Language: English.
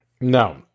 no